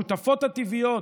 השותפות הטבעיות,